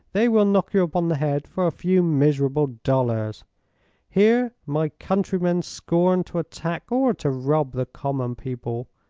they will knock you upon the head for a few miserable dollars here my countrymen scorn to attack or to rob the common people.